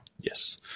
Yes